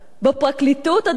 בפרקליטות הדעות הפוליטיות,